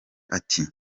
ati